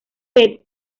set